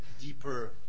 deeper